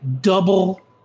double